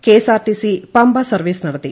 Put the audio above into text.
KSRTC Pamba service നടത്തി